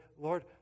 Lord